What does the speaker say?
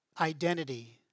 identity